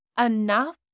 enough